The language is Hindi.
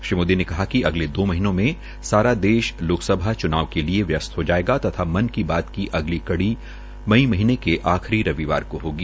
श्री मोदी ने कहा कि अगले दो महीनों में सारा देश लोकसभा च्नाव के लिये व्यस्त हो जायेगा तथा मन की बात की अगली कड़ी मई महीने के आखिरी रविवार को होगी